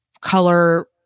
color